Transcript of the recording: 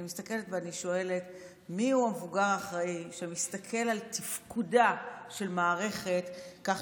אני מסתכלת ואני שואלת מיהו המבוגר האחראי שמסתכל על תפקודה של מערכת כך